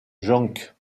jonc